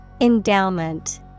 Endowment